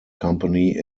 company